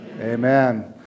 Amen